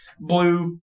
blue